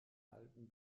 alten